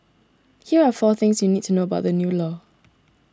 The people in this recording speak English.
here are four things you need to know about the new law